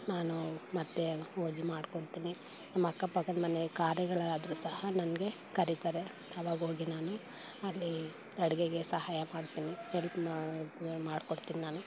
ನಾನು ಮತ್ತೆ ಹೋಗಿ ಮಾಡ್ಕೊಡ್ತೀನಿ ನಮ್ಮ ಅಕ್ಕಪಕ್ಕದ ಮನೆ ಕಾರ್ಯಗಳಾದರೂ ಸಹ ನನಗೆ ಕರಿತಾರೆ ಆವಾಗ ಹೋಗಿ ನಾನು ಅಲ್ಲಿ ಅಡುಗೆಗೆ ಸಹಾಯ ಮಾಡ್ತೀನಿ ಹೆಲ್ಪ್ ಮಾಡ್ಕೊಡ್ತೀನಿ ನಾನು